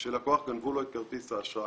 שגנבו ללקוח את כרטיס האשראי,